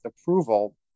approval